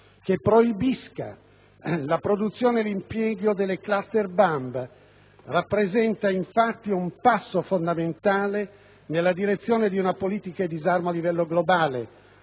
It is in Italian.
che proibisca la produzione e l'impiego delle *cluster bomb* rappresenta infatti un passo fondamentale nella direzione di una politica di disarmo a livello globale,